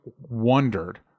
wondered